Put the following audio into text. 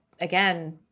again